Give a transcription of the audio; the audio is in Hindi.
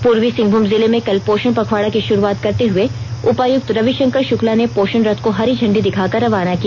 पूर्वी सिंहभूम जिले में कल पोषण पखवाड़ा की शुरूआत करते हुए उपायुक्त रविशंकर शुक्ला ने पोषण रिथ को हरी झंडी दिखाकर रवाना किया